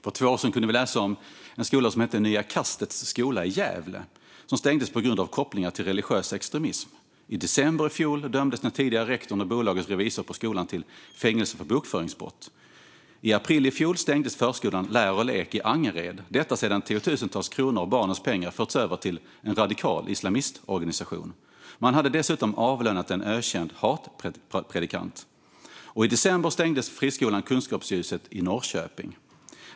För två år sedan kunde vi läsa om en skola som hette Nya Kastets Skola i Gävle som stängdes på grund av kopplingar till religiös extremism. I december i fjol dömdes den tidigare rektorn och bolagets revisor på skolan till fängelse för bokföringsbrott. I april i fjol stängdes förskolan Lär & Lek i Angered, detta sedan tiotusentals kronor av barnens pengar förts över till en radikal islamistorganisation. Man hade dessutom avlönat en ökänd hatpredikant. I december stängdes friskolan Kunskapsljuset i Norrköping.